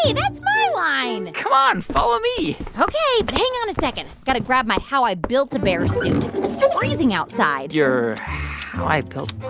that's my line come on. follow me ok, but hang on a second got to grab my how i built a bear suit. it's freezing outside your how i built what?